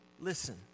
listen